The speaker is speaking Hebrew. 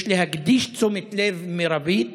יש להקדיש תשומת לב מרבית